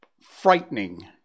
frightening